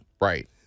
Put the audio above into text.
Right